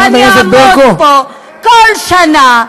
ואני אעמוד פה כל שנה,